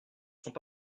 sont